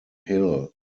hill